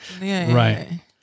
Right